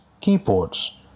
keyboards